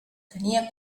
tenia